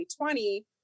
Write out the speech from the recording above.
2020